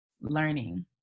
learning